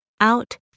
Out